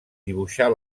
dibuixar